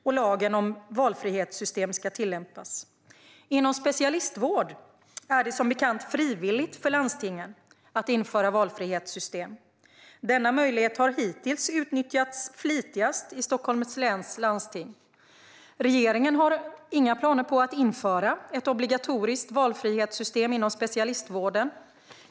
Och lagen om valfrihetssystem ska tillämpas. Inom specialistvård är det som bekant frivilligt för landstingen att införa valfrihetssystem. Denna möjlighet har hittills utnyttjats flitigast i Stockholms läns landsting. Regeringen har inga planer på att införa ett obligatoriskt valfrihetssystem inom specialistvården.